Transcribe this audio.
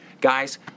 guys